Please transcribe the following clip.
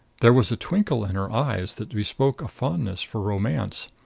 there was a twinkle in her eyes that bespoke a fondness for romance.